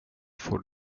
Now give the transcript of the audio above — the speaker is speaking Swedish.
får